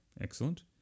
excellent